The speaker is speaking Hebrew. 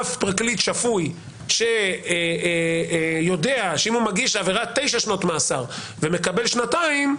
אף פרקליט שפוי שיודע שאם הוא מגיש עבירת תשע שנות מאסר ומקבל שנתיים,